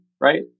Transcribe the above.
right